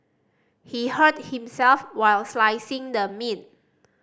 he hurt himself while slicing the meat